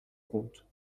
compte